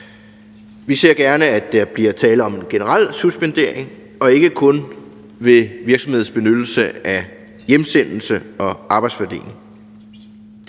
Vi ser gerne, at der bliver tale om en generel suspendering og ikke kun ved virksomheders benyttelse af hjemsendelse og arbejdsfordeling.